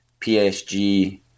PSG